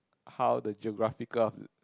how the geographical of